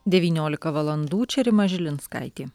devyniolika valandų čia rima žilinskaitė